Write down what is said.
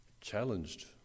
Challenged